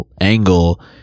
angle